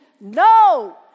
No